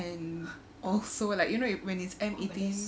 and also like you know you when it's M eighteen